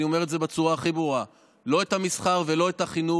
אני אומר את זה בצורה הכי ברורה לא את המסחר ולא את החינוך.